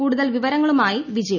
കൂടുതൽ വിവരങ്ങളുമായി വിജേഷ്